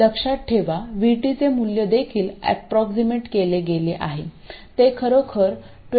लक्षात ठेवा Vtचे मूल्य देखील अप्रॉक्समेट केले गेले आहे ते खरोखर 25